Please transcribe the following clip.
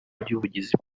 by’ubugizi